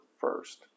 first